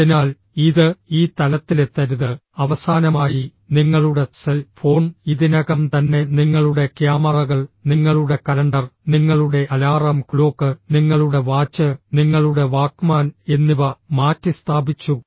അതിനാൽ ഇത് ഈ തലത്തിലെത്തരുത് അവസാനമായി നിങ്ങളുടെ സെൽ ഫോൺ ഇതിനകം തന്നെ നിങ്ങളുടെ ക്യാമറകൾ നിങ്ങളുടെ കലണ്ടർ നിങ്ങളുടെ അലാറം ക്ലോക്ക് നിങ്ങളുടെ വാച്ച് നിങ്ങളുടെ വാക്ക്മാൻ എന്നിവ മാറ്റിസ്ഥാപിച്ചു